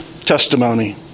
testimony